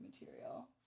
material